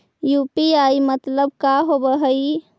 UPI मतलब का होब हइ?